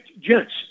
gents